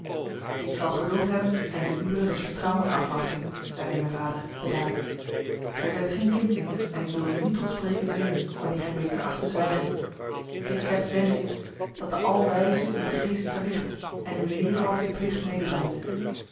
ik zal geduld hebben en de ure des vertrouwens afwachten zeide mijn vader bedaard gij zijt geen kind meer en ik wil u niet tot spreken dwingen wanneer gij beter acht te zwijgen dit slechts wensch ik dat de alwijze uw geest verlichte en u leere wat uw plicht